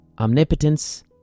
Omnipotence